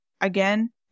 again